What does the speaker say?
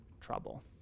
trouble